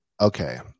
okay